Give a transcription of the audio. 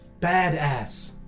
Badass